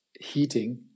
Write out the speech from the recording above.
heating